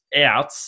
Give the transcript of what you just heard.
out